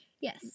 yes